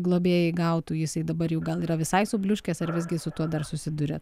globėjai gautų jisai dabar jau gal yra visai subliūškęs ar visgi su tuo dar susiduriat